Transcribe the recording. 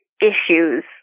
issues